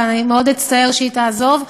ואני מאוד אצטער כשהיא תעזוב,